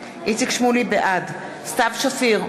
בעד סתיו שפיר,